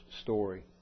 story